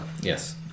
Yes